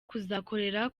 kuzakorera